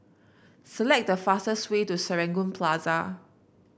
select the fastest way to Serangoon Plaza